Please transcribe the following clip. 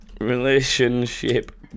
Relationship